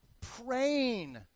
praying